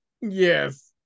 Yes